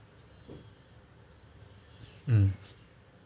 um